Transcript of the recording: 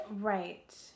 Right